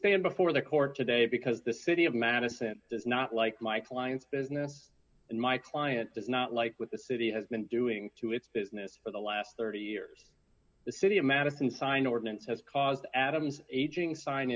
stand before the court today because the city of madison does not like my client's business and my client does not like with the city has been doing to its business for the last thirty years the city of madison sign ordinance has caused adam's aging sign